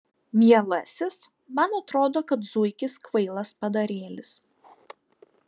mielasis man atrodo kad zuikis kvailas padarėlis